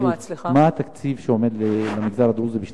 שאלה נוספת, בבקשה, אדוני.